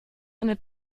eine